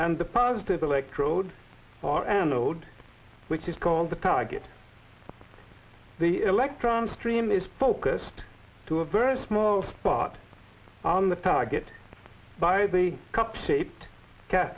and the positive electrode or an old which is called the target the electron stream is focused to a very small spot on the target by the cup shaped